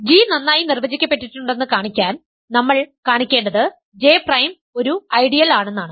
g നന്നായി നിർവചിക്കപ്പെട്ടിട്ടുണ്ടെന്ന് കാണിക്കാൻ നമ്മൾ കാണിക്കേണ്ടത് J പ്രൈം ഒരു ഐഡിയൽ ആണെന്നാണ്